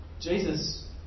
Jesus